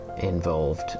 involved